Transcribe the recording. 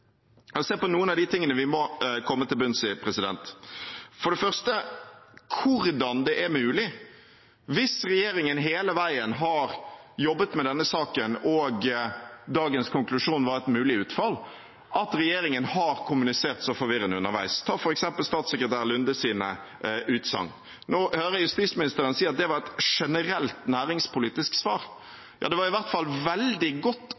se på noen av de tingene vi må komme til bunns i. For det første hvordan det er mulig, hvis regjeringen hele veien har jobbet med saken og dagens konklusjon var et mulig utfall, at regjeringen har kommunisert så forvirrende underveis. Ta f.eks. statssekretær Lundes utsagn. Nå hører jeg justisministeren si at det var et generelt næringspolitisk svar. Det var i hvert fall veldig godt